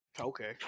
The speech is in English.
Okay